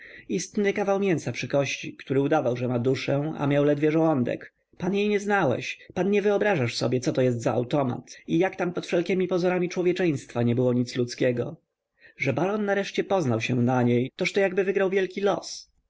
uwagą istny kawał mięsa przy kości który udawał że ma duszę a miał ledwie żołądek pan jej nie znałeś pan nie wyobrażasz sobie coto jest za automat i jak tam pod wszelkiemi pozorami człowieczeństwa nie było nic ludzkiego że baron nareszcie poznał się na niej tożto jakby wygrał wielki los